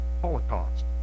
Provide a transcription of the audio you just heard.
holocaust